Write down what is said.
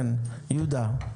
יהודה.